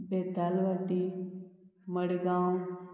Betalbatim Madgaon